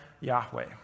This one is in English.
Yahweh